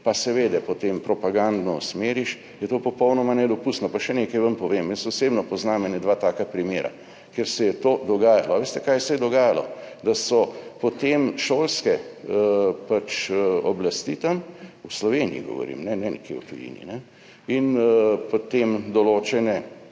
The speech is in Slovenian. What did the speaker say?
pa seveda potem propagandno usmeriš, je to popolnoma nedopustno. Pa še nekaj vam povem. Jaz osebno poznam kakšna dva taka primera, kjer se je to dogajalo. Veste, kaj se je dogajalo? Da so potem šolske oblasti, v Sloveniji govorim, ne nekje v tujini, in določene